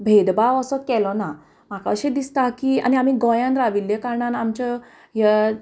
भेदभाव असो केलो ना म्हाका अशें दिसता की आनी आमी गोंयान राविल्ल्या कारणान आमच्या ह्या